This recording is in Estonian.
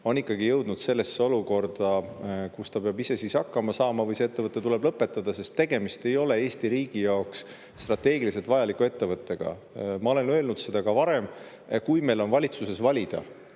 on ikkagi jõudnud sellesse olukorda, kus ta peab ise hakkama saama või see ettevõte tuleb lõpetada, sest tegemist ei ole Eesti riigi jaoks strateegiliselt vajaliku ettevõttega. Ma olen öelnud seda ka varem, et kui meil on valitsuses valida,